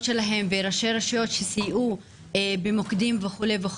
שלהם וראשי רשויות מקומיות סייעו במוקדים וכולי.